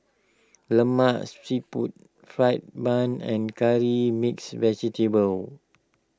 Lemak Siput Fried Bun and Curry Mixed Vegetable